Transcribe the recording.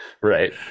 right